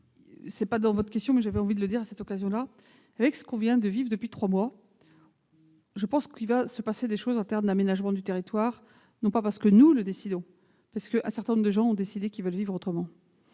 Ce n'était pas dans votre question, mais j'ai envie de le dire à cette occasion : avec ce que l'on vient de vivre depuis trois mois, je pense qu'il va se passer des choses en matière d'aménagement du territoire, non pas parce que nous le décidons, mais parce qu'un certain nombre de gens ont décidé qu'ils veulent vivre autrement.